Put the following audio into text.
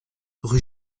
rue